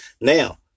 now